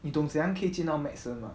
你懂怎样可以进到 medicine mah